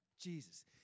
Jesus